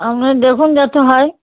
আপনারা দেখুন যাতে হয়